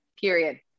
period